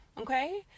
Okay